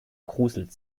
gruselt